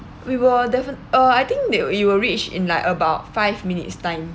we'll def~ uh I think they will it will reach in like about five minutes time